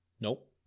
Nope